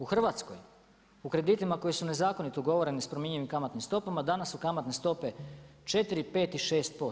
U Hrvatskoj krediti koji su nezakonito ugovoreni s promjenjivim kamatnim stopama danas su kamatne stope 4, 5 i 6%